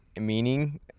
meaning